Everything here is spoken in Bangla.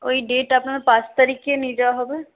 ওই ডেট আপনার পাঁচ তারিখে নিয়ে যাওয়া হবে